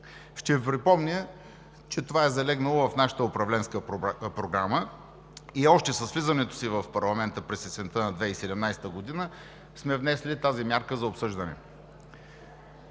Ви припомня, че това е залегнало в нашата управленска програма, и още с влизането си в парламента през есента на 2017 г. сме внесли тази мярка за обсъждане.